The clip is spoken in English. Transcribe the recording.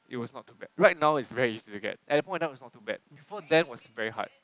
it was not too bad right now it's very easy to get at that point of time it was not too bad before then it was very hard